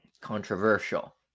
controversial